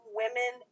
women